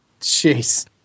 Jeez